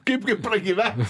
kaipgi pragyventi